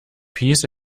peace